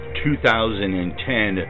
2010